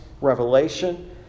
revelation